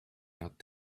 not